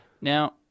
Now